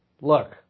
look